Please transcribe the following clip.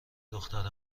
دختر